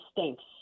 stinks